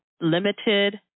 limited